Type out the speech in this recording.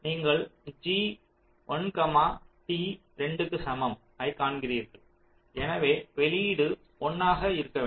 நீங்கள் g 1 t 2 க்கு சமம் ஐக் காண்கிறீர்கள் எனவே வெளியீடு 1 ஆக இருக்க வேண்டும்